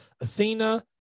athena